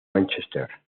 manchester